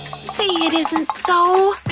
say it isn't so!